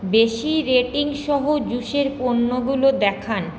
বেশি রেটিং সহ জুসের পণ্যগুলো দেখান